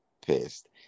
pissed